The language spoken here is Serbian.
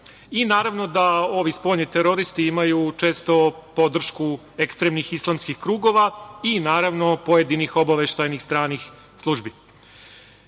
Naravno da ovi spoljni teroristi imaju često podršku ektremnih islamskih krugova i naravno pojedinih obaveštajnih stranih